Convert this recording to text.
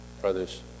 brothers